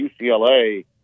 UCLA